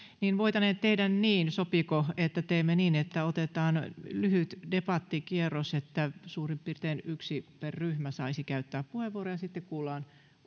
niin voitaneen tehdä niin sopiiko että teemme niin että otetaan lyhyt debattikierros niin että suurin piirtein yksi per ryhmä saisi käyttää puheenvuoron ja sitten kuullaan